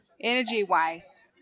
energy-wise